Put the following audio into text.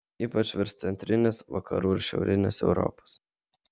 ypač virš centrinės vakarų ir šiaurinės europos